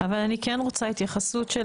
אבל אני כן רוצה דווקא התייחסות של